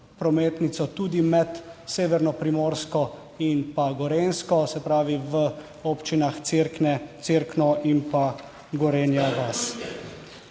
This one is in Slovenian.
prometnico tudi med severno Primorsko in pa Gorenjsko, se pravi v občinah Cerkno in pa Gorenja vas.